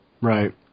Right